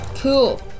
Cool